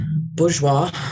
bourgeois